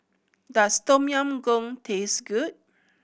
does Tom Yam Goong taste good